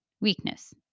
weakness